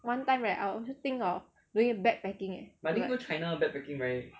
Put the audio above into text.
one time right I will think of doing backpacking eh